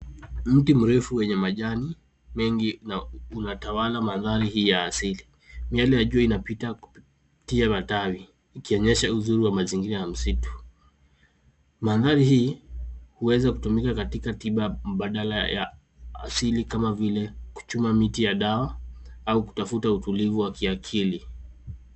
A tall tree with many leaves dominates this natural landscape. The sun rays are passing through the leaves showing the beauty of the forest environment. This landscape can be used as an alternative medicine such as picking out trees for medicine or seeking mental peace